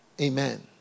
Amen